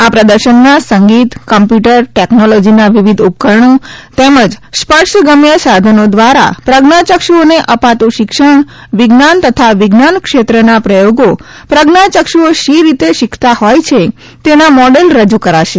આ પ્રદર્શનમાં સંગીત કમ્પ્યુટર ટેકનોલોજીના વિવિધ ઉપકરણો તેમજ સ્પર્શગમ્ય સાધનો દ્વારા પ્રજ્ઞાયક્ષુઓને અપાતું શિક્ષણવિજ્ઞાન તથા વિજ્ઞાન ક્ષેત્રના પ્રયોગો પ્રજ્ઞાચક્ષુઓ શી રીતે શીખતા હોય છે તેના મોડેલ રજૂ કરાશે